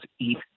eat